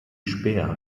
späher